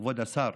כבוד השר.